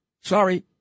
Sorry